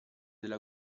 della